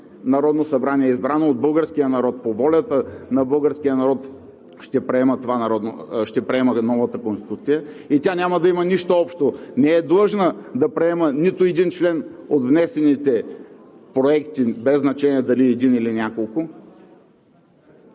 Народно събрание, избрано от българския народ, по волята на българския народ, ще приема новата Конституция. И тя няма да има нищо общо – не е длъжна да приема нито един член от внесените проекти, без значение дали един, или няколко,